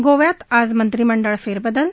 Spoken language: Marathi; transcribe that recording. गोव्यात आज मंत्रिमंडळ फेरबदल